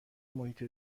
محیط